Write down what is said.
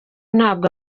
ntabwo